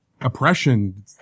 oppression